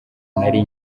nari